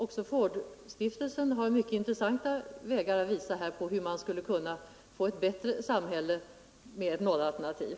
Också Fordstiftelsen har mycket intressanta förslag när det gäller hur man skulle kunna åstadkomma ett bättre samhälle med ett nollalternativ.